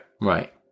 right